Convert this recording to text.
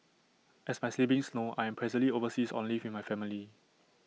as my siblings know I am presently overseas on leave with my family